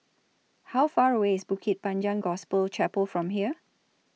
How Far away IS Bukit Panjang Gospel Chapel from here